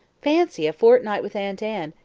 fancy a fortnight with aunt anne,